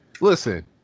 Listen